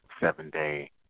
seven-day